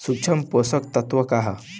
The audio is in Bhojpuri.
सूक्ष्म पोषक तत्व का ह?